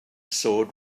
sword